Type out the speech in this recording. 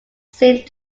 seem